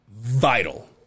vital